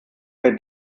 mir